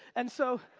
and so,